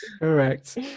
Correct